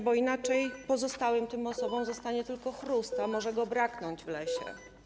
Bo inaczej tym pozostałym osobom zostanie tylko chrust, a może go braknąć w lesie.